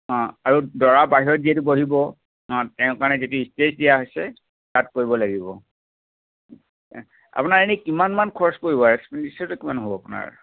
অঁ আৰু দৰা বাহিৰত যিহেতু বহিব অঁ তেওঁৰ কাৰণে যিটো ষ্টেজ দিয়া হৈছে তাত কৰিব লাগিব আপোনাৰ এনেই কিমানমান খৰচ পৰিব এক্সপেণ্ডিচাৰটো কিমান হ'ব আপোনাৰ